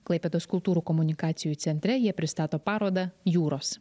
klaipėdos kultūrų komunikacijų centre jie pristato parodą jūros